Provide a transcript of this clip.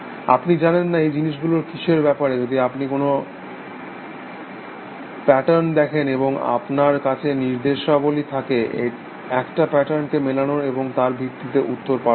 আপনি জানেন না এই জিনিসগুলো কিসের ব্যাপারে যদি আপনি কোনো প্যাটার্ন দেখেন এবং আপনার কাছে নির্দেশাবলী থাকে একটা প্যাটার্নকে মেলানোর এবং তার ভিত্তিতে উত্তর পাঠানোর